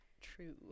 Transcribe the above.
true